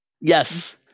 Yes